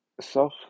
Self